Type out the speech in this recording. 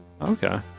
Okay